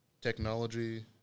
technology